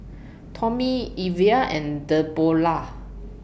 Tommy Evia and Deborrah